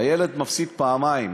הילד מפסיד פעמיים,